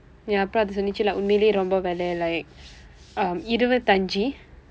ya அப்புறம் அது சொன்னது:appuram athu sonnathu like உண்மையிலேயே ரொம்ப விலை:unamiyileyae rompa vilai like um இருவத்து ஐந்து:iruvaththu ainthu